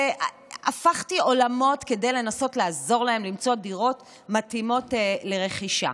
והפכתי עולמות כדי לנסות לעזור להם למצוא דירות מתאימות לרכישה.